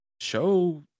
show